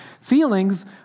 Feelings